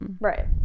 right